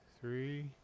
Three